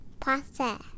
Pasta